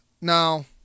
no